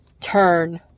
turn